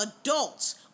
adults